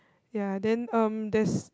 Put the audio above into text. ya then um there's